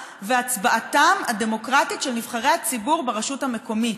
והצבעתם הדמוקרטית של נבחרי הציבור ברשות המקומית,